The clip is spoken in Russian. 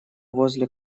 возле